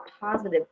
positive